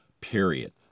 period